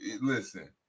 Listen